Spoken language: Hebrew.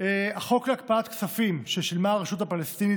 החוק להקפאת כספים ששילמה הרשות הפלסטינית